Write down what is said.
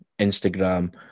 Instagram